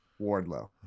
Wardlow